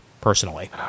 personally